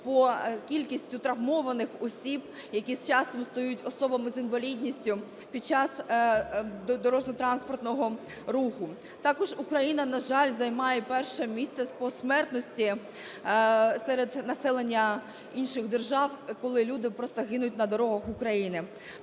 по кількості травмованих осіб, які з часом стають особами з інвалідністю під час дорожньо-транспортного руху. Також Україна, на жаль, займає перше місце по смертності серед населення інших держав, коли люди просто гинуть на дорогах України.